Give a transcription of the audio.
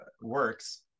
works